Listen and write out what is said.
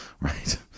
right